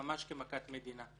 כמכת מדינה.